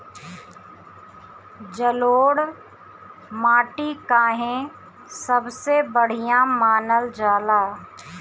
जलोड़ माटी काहे सबसे बढ़िया मानल जाला?